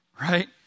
Right